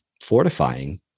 fortifying